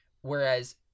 whereas